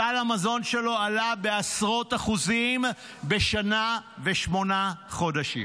סל המזון שלו עלה בעשרות אחוזים בשנה ושמונה חודשים.